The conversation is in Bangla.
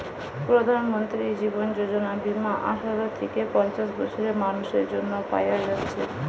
প্রধানমন্ত্রী জীবন যোজনা বীমা আঠারো থিকে পঞ্চাশ বছরের মানুসের জন্যে পায়া যাচ্ছে